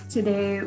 Today